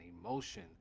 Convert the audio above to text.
emotion